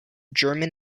german